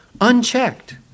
unchecked